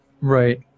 Right